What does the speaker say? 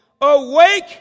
Awake